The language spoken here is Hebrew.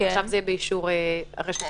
עכשיו זה יהיה באישור הרשות המקומית.